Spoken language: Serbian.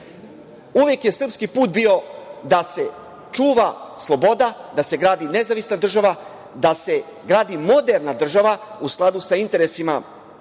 Uvek je srpski put bio da se čuva sloboda, da se gradi nezavisna država, da se gradi moderna država u skladu sa interesima